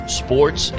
sports